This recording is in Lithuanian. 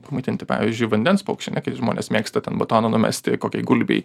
pamaitinti pavyzdžiui vandens paukščiam žmonės mėgsta ten batoną numesti kokiai gulbei